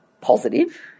positive